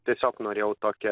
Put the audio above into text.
tiesiog norėjau tokią